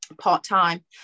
part-time